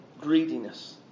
greediness